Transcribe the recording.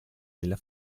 della